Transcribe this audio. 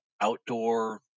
outdoor